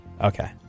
Okay